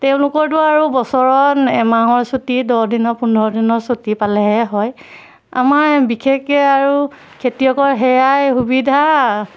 তেওঁলোকৰটো আৰু বছৰত এমাহৰ ছুটি দহ দিনৰ পোন্ধৰ দিনৰ ছুটি পালেহে হয় আমাৰ বিশেষকৈ আৰু খেতিয়কৰ সেয়াই সুবিধা